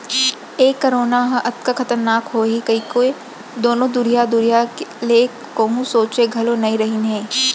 ए corona ह अतका खतरनाक होही कइको कोनों दुरिहा दुरिहा ले कोहूँ सोंचे घलौ नइ रहिन हें